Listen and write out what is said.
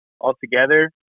altogether